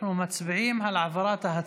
אנחנו מצביעים על העברת,